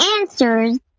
answers